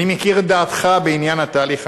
אני מכיר את דעתך בעניין התהליך המדיני,